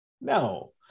no